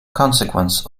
consequence